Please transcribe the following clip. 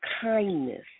kindness